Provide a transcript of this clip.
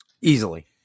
Easily